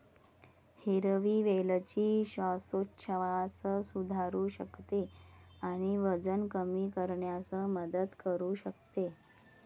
हिरवी वेलची श्वासोच्छवास सुधारू शकते आणि वजन कमी करण्यास मदत करू शकते